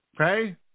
Okay